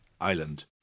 island